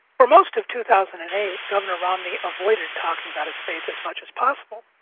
for most of two thousand and eight, governor romney avoided talking about his faith as much as possible.